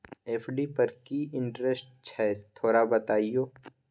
FD पर की interest छय थोरा बतईयो?